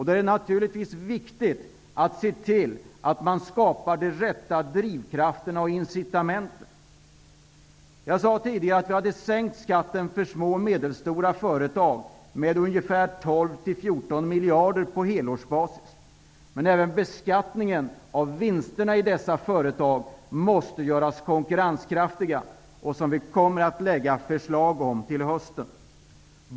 Då är det naturligtvis viktigt att se till att man skapar den rätta drivkraften och de rätta incitamenten. Jag sade tidigare att vi har sänkt skatter för små och medelstora företag med ungefär 12--14 miljarder på helårsbasis. Men även beskattningen av vinsterna i dessa företag måste göras konkurrenskraftig. Vi kommer att lägga fram förslag om detta till hösten.